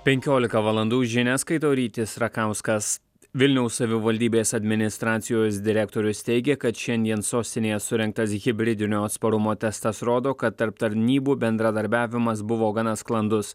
penkiolika valandų žinias skaito rytis rakauskas vilniaus savivaldybės administracijos direktorius teigė kad šiandien sostinėje surengtas hibridinio atsparumo testas rodo kad tarp tarnybų bendradarbiavimas buvo gana sklandus